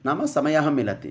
नाम समयः मिलति